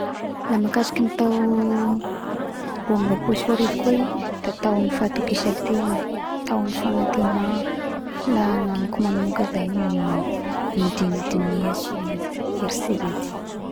La mikasiky ny tao roa amby ropolo sy roa arivo koa i e da tao ny fahatokisa tegna tao ny fanatena la agnamiko manoka zay la dinidinihy sy eritserety